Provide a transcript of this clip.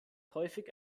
häufig